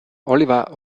oliver